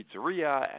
pizzeria